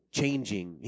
changing